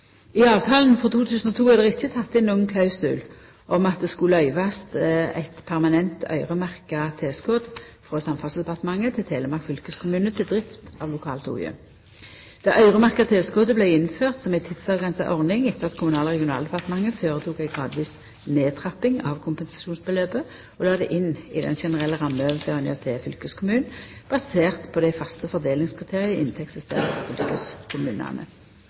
I avtalen frå 2002 er det ikkje teke inn nokon klausul om at det skulle løyvast eit permanent øyremerkt tilskot frå Samferdselsdepartementet til Telemark fylkeskommune til drift av lokaltoget. Det øyremerkte tilskotet vart innført som ei tidsavgrensa ordning etter at Kommunal- og regionaldepartementet føretok ei gradvis nedtrapping av kompensasjonsbeløpet og la det inn i den generelle rammeoverføringa til fylkeskommunen, basert på dei faste fordelingskriteria i inntektssystemet for fylkeskommunane. Dette vart gjort etter ein dialog på